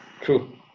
True